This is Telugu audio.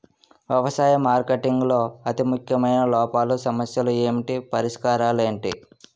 వ్యవసాయ మార్కెటింగ్ లో అతి ముఖ్యమైన లోపాలు సమస్యలు ఏమిటి పరిష్కారాలు ఏంటి?